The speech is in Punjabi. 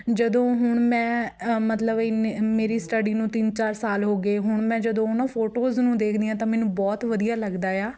ਜਦੋਂ ਹੁਣ ਮੈਂ ਮਤਲਬ ਇੰਨੇ ਮੇਰੀ ਸਟੱਡੀ ਨੂੰ ਤਿੰਨ ਚਾਰ ਸਾਲ ਹੋ ਗਏ ਹੁਣ ਮੈਂ ਜਦੋਂ ਉਹਨਾਂ ਫੋਟੋਜ਼ ਨੂੰ ਦੇਖਦੀ ਹਾਂ ਤਾਂ ਮੈਨੂੰ ਬਹੁਤ ਵਧੀਆ ਲੱਗਦਾ ਏ ਆ